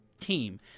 team